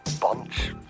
Bunch